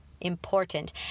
Important